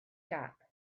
shop